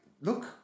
Look